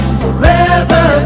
forever